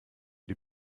die